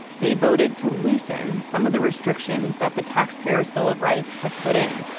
they voted to loosen some of the restrictions that the taxpayer's bill of rights had put in.